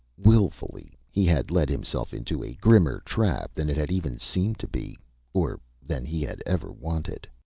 willfully, he had led himself into a grimmer trap than it had even seemed to be or than he had ever wanted.